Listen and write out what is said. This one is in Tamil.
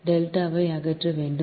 டெல்டாவை அகற்ற வேண்டும்